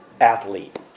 athlete